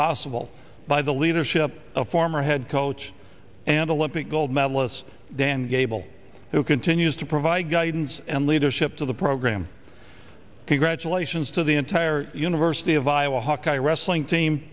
possible by the leadership of former head coach and a limpid gold medalist dan gable who continues to provide guidance and leadership to the program congratulations to the entire university of iowa hawkeye wrestling team